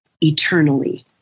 eternally